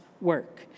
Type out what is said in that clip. work